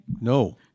No